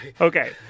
Okay